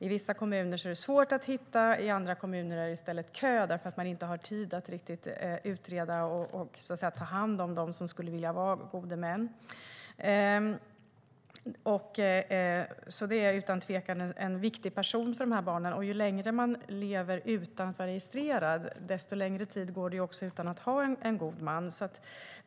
I vissa kommuner är det svårt att hitta gode män, medan det i andra kommuner i stället är kö därför att man inte har tid att utreda och ta hand om dem som skulle vilja vara gode män. En god man är utan tvekan en viktig person för de här barnen. Ju längre man lever utan att vara registrerad, desto längre tid går det också utan att man har en god man.